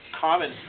common